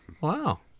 Wow